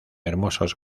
hermosos